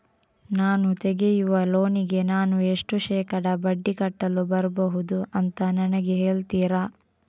ನಾನು ತೆಗಿಯುವ ಲೋನಿಗೆ ನಾನು ಎಷ್ಟು ಶೇಕಡಾ ಬಡ್ಡಿ ಕಟ್ಟಲು ಬರ್ಬಹುದು ಅಂತ ನನಗೆ ಹೇಳ್ತೀರಾ?